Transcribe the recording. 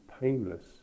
painless